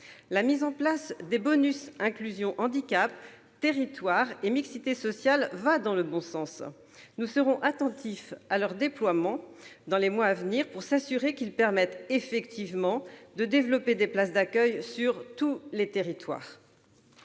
La mise en place des bonus « inclusion handicap »,« territoire » et « mixité sociale » va dans le bon sens. Nous serons attentifs à leur déploiement dans les mois à venir pour vérifier qu'ils permettent effectivement de développer des places d'accueil sur tous les territoires.